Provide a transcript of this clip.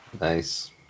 Nice